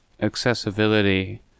accessibility